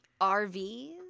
RVs